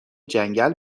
جنگل